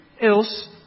else